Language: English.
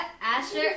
Asher